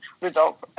result